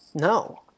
No